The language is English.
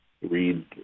read